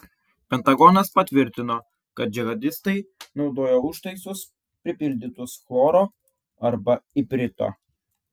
pentagonas patvirtino kad džihadistai naudoja užtaisus pripildytus chloro arba iprito